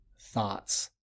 thoughts